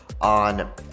on